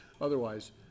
otherwise